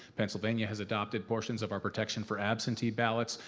pennsylvania has adopted portions of our protection for absentee ballots.